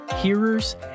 hearers